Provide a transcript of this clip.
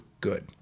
Good